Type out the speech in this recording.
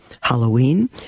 Halloween